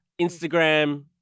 Instagram